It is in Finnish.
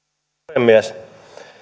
puhemies